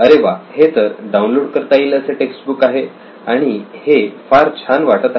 अरे वा हे तर डाऊनलोड करता येईल असे टेक्स्टबुक आहे आणि हे फार छान वाटत आहे